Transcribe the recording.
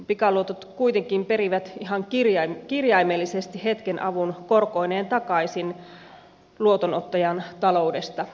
pikaluotot kuitenkin perivät ihan kirjaimellisesti hetken avun korkoineen takaisin luotonottajan taloudesta